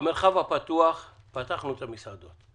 אם במרחב הפתוח פתחנו את המסעדות,